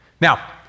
Now